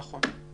נכון.